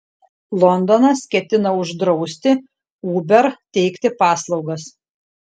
londonas ketina uždrausti uber teikti paslaugas